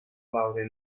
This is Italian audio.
laurea